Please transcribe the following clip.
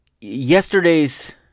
yesterday's